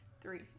Three